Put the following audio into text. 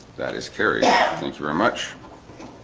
that is carrie thank you very much